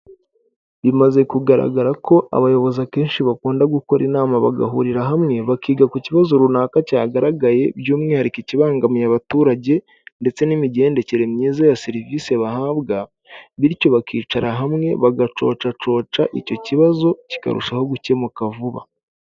Bimaze kugaragara ko abayobozi akenshi bakunda gukora inama bagahurira hamwe, bakiga ku kibazo runaka cyagaragaye, by'umwihariko ikibangamiye abaturage, ndetse n'imigendekere myiza ya serivisi bahabwa, bityo bakicara hamwe bagacocacoca icyo kibazo kikarushaho gukemuka vuba.